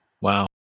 wow